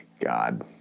God